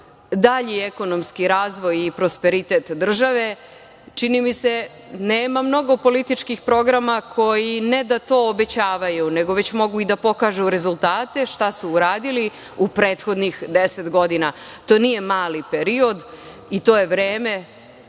dalji ekonomski razvoj i prosperitet države. Čini mi se, nema mnogo političkih programa koji ne da to obećavaju, nego već mogu i da pokažu rezultate šta su uradili u prethodnih 10 godina. To nije mali period i to je vreme